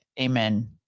Amen